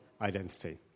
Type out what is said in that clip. identity